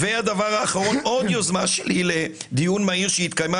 ועוד יוזמה שלי לדיון מהיר שהתקיימה